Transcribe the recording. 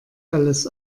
alles